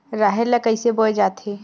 राहेर ल कइसे बोय जाथे?